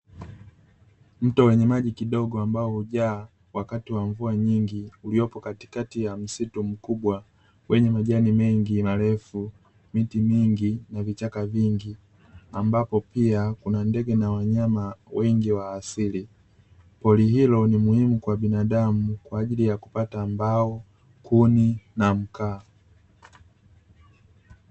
Mto wenye maji kidogo ambao hujaa wakati wa mvua nyingi uliopo katikati wa msitu mkubwa wenye majani mengi marefu, miti mingi na vichaka vingi ambapo pia kuna ndege na wanyama wengi wa asili. Pori hilo ni muhimu kwa binadamu kwa ajili ya kupata mbao, kuni na mkaa.